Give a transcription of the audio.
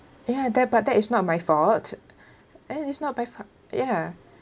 ya that but that is not my fault and it's not my fau~ ya